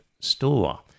store